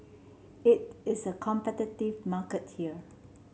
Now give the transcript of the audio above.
it it's a competitive market here